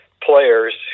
players